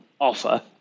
offer